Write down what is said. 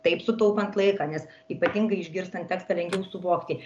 taip sutaupant laiką nes ypatingai išgirstant tekstą lengviau suvokti